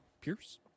Pierce